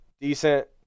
decent